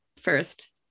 first